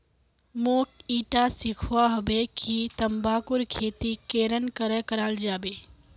मोक ईटा सीखवा हबे कि तंबाकूर खेती केरन करें कराल जाबे